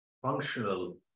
functional